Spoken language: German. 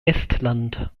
estland